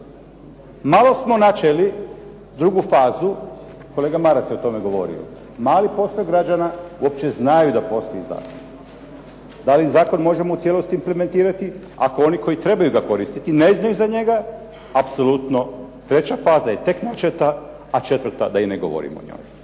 Malo smo načeli drugu fazu, kolega Maras je o tome govorio. Mali posto građana uopće znaju da postoji zakon. Da li zakon u cijelosti možemo implementirati ako oni koji trebaju ga koristiti ne znaju za njega. Apsolutno treća faza je tek načeta, a četvrta da i ne govorim o njoj.